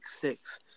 six